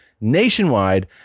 nationwide